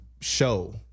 show